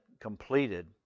completed